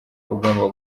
ugomba